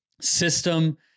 system